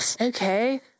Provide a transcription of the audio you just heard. Okay